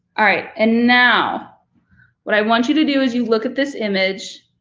all right. and now what i want you to do as you look at this image